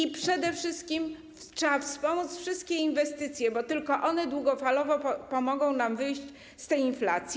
I przede wszystkim trzeba wspomóc wszystkie inwestycje, bo tylko one długofalowo pomogą nam wyjść z inflacji.